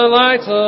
lights